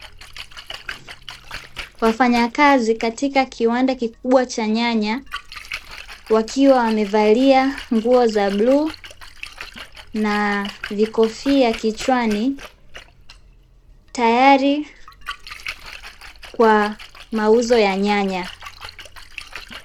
Wafanyakazi katika kiwanda kikubwa cha nyanya, wakiwa wamevalia nguo ya bluu na vikofia kichwani tayari kwa mauzo ya nyanya.